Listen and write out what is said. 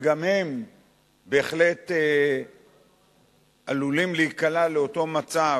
וגם הם בהחלט עלולים להיקלע לאותו מצב